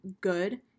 good